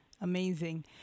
amazing